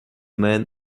men